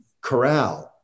corral